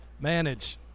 Manage